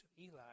Eli